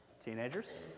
teenagers